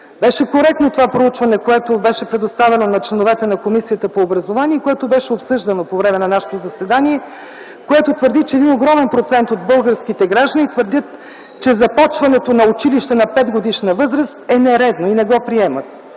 Беше коректно това проучване, което беше предоставено на членовете на Комисията по образование и което беше обсъждано по време на нашето заседание. То твърди, че един огромен процент от българските граждани твърдят, че започването на училище на 5-годишна възраст е нередно и не го приемат.